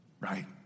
Right